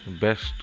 best